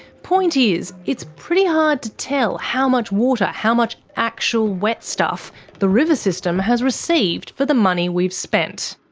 point is, it's pretty hard to tell how much water, how much actual wet stuff the river system has received for the money we've spent.